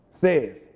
says